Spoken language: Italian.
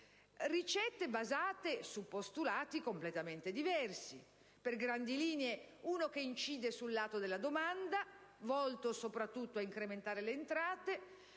ricette basate su postulati completamente diversi. Per grandi linee: una che incide sul lato della domanda, volta soprattutto ad incrementare le entrate;